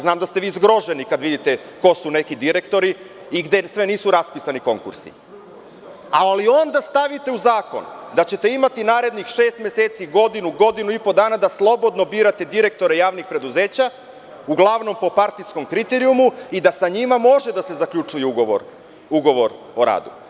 Znam da ste vi zgroženi kada vidite ko su neki direktori i gde sve nisu raspisani konkursi, ali onda stavite u zakon da ćete imati narednih šest meseci, godinu, godinu i po dana da slobodno birate direktore javnih preduzeća, uglavnom po partijskom kriterijumu, i da sa njima mogu da se zaključuju ugovori o radu.